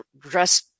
dress